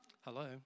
Hello